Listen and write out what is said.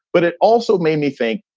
but it also made me think,